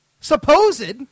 Supposed